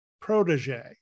protege